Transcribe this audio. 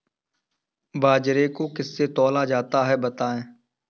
बाजरे को किससे तौला जाता है बताएँ?